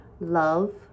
love